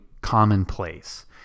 commonplace